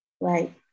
right